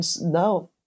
No